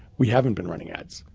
we haven't been running ads.